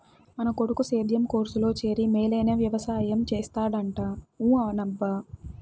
మన కొడుకు సేద్యం కోర్సులో చేరి మేలైన వెవసాయం చేస్తాడంట ఊ అనబ్బా